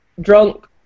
drunk